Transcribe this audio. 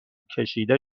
کشیده